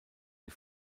die